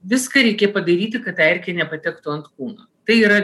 viską reikia padaryti kad ta erkė nepatektų ant kūno tai yra